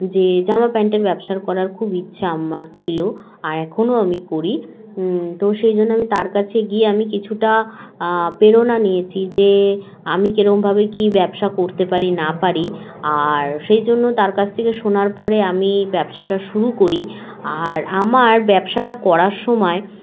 যে জামা প্যান্টের ব্যবসা করার খুব ইচ্ছা আমার ছিল আর এখনও আমি করি তো সেই জন্য আমি তার কাছে গিয়ে আমি কিছুটা প্রেরণা নিয়েছি যে আমি কীরমভাবে কি ব্যবসা করতে পারি না পারি আর সেই জন্য তার কাছ থেকে শোনার পরে আমি ব্যবসাটা শুরু করি আর আমার ব্যবসাটা করার সময়